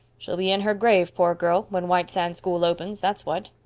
she'll be in her grave, poor girl, when white sands school opens, that's what.